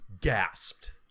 gasped